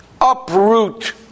uproot